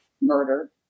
murder